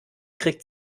kriegt